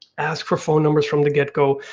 as for phone numbers from the get go,